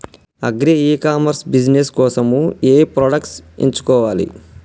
Agri e commerce business కోసము ఏ products ఎంచుకోవాలి?